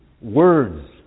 words